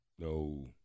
No